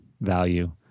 value